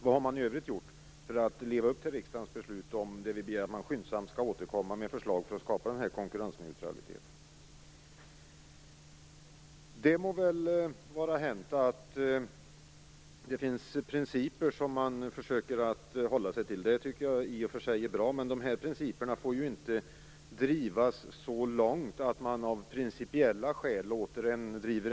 Vad har regeringen gjort i övrigt för att leva upp till riksdagens beslut, att regeringen skyndsamt skall återkomma med förslag för att skapa konkurrensneutralitet? Det må vara hänt att det finns principer som man försöker hålla sig till. Det är i och för sig bra. Men de får inte drivas så långt att en hel yrkeskår drivs mot ruinens brant.